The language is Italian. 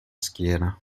schiena